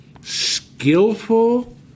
skillful